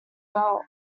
belt